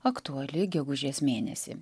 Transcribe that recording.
aktuali gegužės mėnesį